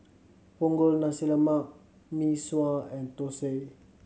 Punggol Nasi Lemak Mee Sua and thosai